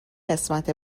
قسمت